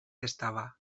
estava